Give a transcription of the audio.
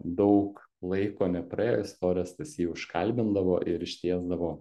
daug laiko nepraėjus forestas jį užkalbindavo ir ištiesdavo